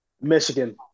Michigan